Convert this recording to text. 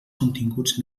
continguts